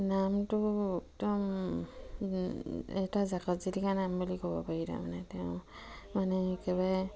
নামটো একদম এটা জাকত জিলিকা নাম বুলি ক'ব পাৰি তাৰমানে তেওঁ মানে একেবাৰে